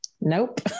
nope